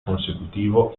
consecutivo